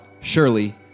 surely